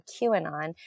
QAnon